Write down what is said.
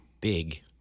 big